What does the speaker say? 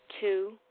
Two